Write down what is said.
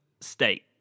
state